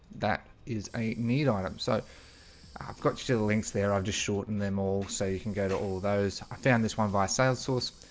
that is a neat item. so i've got you to the links there i've just shortened them all so you can go to all those i found this one by sales source.